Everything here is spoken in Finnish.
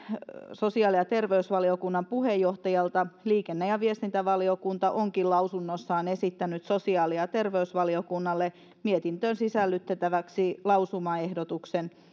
sosiaali ja terveysvaliokunnan puheenjohtajalta liikenne ja ja viestintävaliokunta onkin lausunnossaan esittänyt sosiaali ja terveysvaliokunnalle mietintöön sisällytettäväksi lausumaehdotuksen